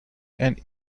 and